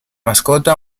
mascota